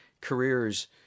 careers